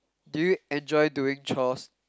did you enjoy doing chores